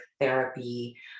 therapy